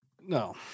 No